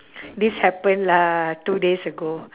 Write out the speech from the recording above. this happened lah two days ago